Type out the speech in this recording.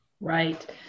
Right